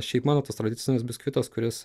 šiaip mano tas tradicinis biskvitas kuris